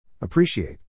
Appreciate